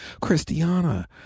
Christiana